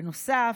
בנוסף,